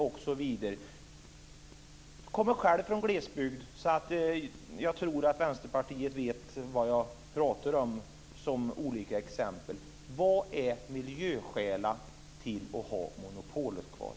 Jag kommer själv från glesbygden, och jag tror att Vänsterpartiet vet vad jag pratar om. Vilka miljöskäl finns det för att ha monopolet kvar?